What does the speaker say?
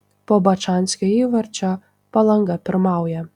po bačanskio įvarčio palanga pirmauja